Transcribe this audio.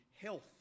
health